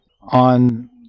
on